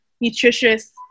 nutritious